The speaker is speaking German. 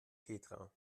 petra